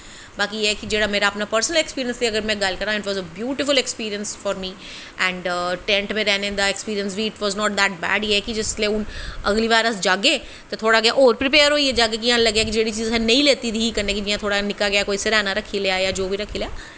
बाकी गल्ल ऐ अगर में अपने ऐक्सपिरिंस दी गल्ल करां it is beautiful experience for me and tent च रौह्ने दा बी ऐक्सपिरिंस इट बाज़ बैड़ एह् ऐ कि जिसलै हून अगली बार अस जाह्गे ते थोह्ड़ा होर प्रपेयर होइयै जाह्गे कि इ'यां लग्गै कि जेह्ड़ी चीज असें नेईं लेत्ती दी ही कि जि'यां निक्का जेहा सरैना रक्खी लेआ जां जो बी रक्खी लैआ